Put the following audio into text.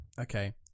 okay